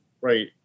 right